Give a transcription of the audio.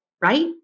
right